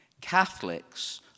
Catholics